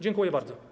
Dziękuję bardzo.